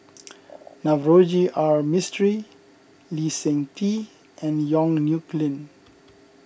Navroji R Mistri Lee Seng Tee and Yong Nyuk Lin